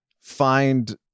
find